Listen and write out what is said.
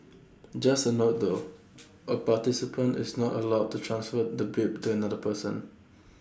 just A note though A participant is not allowed to transfer the bib to another person